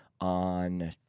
on